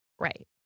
Right